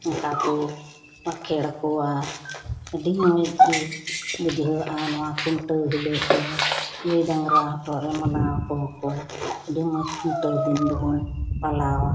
ᱚᱱᱠᱟ ᱠᱚᱵᱟᱠᱷᱮᱲ ᱟᱠᱚᱣᱟ ᱟᱰᱤ ᱢᱚᱸᱡᱽ ᱜᱮ ᱵᱩᱡᱷᱟᱹᱜᱼᱟ ᱱᱚᱶᱟ ᱠᱷᱩᱱᱴᱟᱹᱣ ᱦᱤᱞᱳᱜ ᱫᱚ ᱜᱟᱹᱭ ᱰᱟᱝᱨᱟ ᱦᱚᱴᱚᱜ ᱨᱮ ᱢᱟᱞᱟ ᱟᱠᱚᱣᱟ ᱠᱚ ᱟᱰᱤ ᱢᱚᱸᱡᱽ ᱠᱷᱩᱱᱴᱟᱹᱣ ᱫᱤᱱ ᱫᱚᱵᱚᱱ ᱯᱟᱞᱟᱣᱟ